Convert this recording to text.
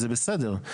זה בסדר,